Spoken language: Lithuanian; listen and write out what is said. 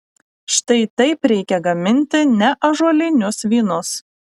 štai taip reikia gaminti neąžuolinius vynus